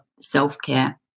self-care